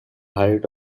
height